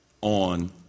on